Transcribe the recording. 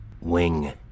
Wing